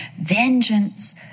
Vengeance